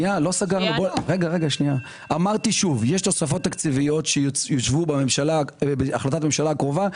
יש תוספות תקציביות שייושבו בהחלטת ממשלה הקרובה.